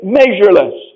measureless